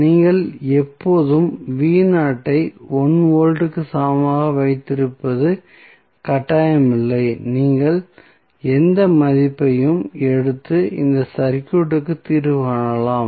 நீங்கள் எப்போதும் ஐ 1 வோல்ட்டுக்கு சமமாக வைத்திருப்பது கட்டாயமில்லை நீங்கள் எந்த மதிப்பையும் எடுத்து இந்த சர்க்யூட்க்கு தீர்வு காணலாம்